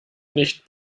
nicht